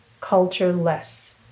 culture-less